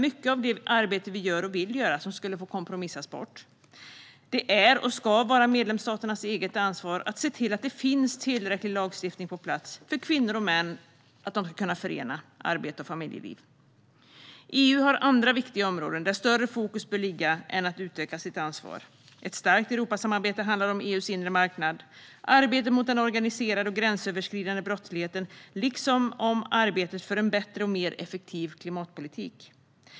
Mycket av det arbete vi gör och vill göra skulle få kompromissas bort. Det är och ska vara medlemsstaternas eget ansvar att se till att det finns tillräcklig lagstiftning på plats för att kvinnor och män ska kunna förena arbete och familjeliv. EU bör lägga större fokus på andra viktiga områden än på att utöka sitt ansvar. Ett starkt Europasamarbete handlar om EU:s inre marknad, om arbetet mot den organiserade och gränsöverskridande brottsligheten liksom om arbetet för en bättre och mer effektiv klimatpolitik.